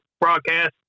broadcast